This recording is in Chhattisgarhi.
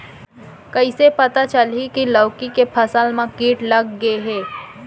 कइसे पता चलही की लौकी के फसल मा किट लग गे हे?